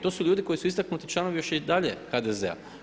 To su ljudi koji su istaknuti članovi još i dalje HDZ-a.